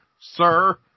sir